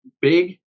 big